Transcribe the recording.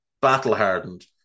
battle-hardened